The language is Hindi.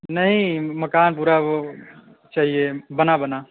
नहीं मकान पूरा वह चाहिए बना बना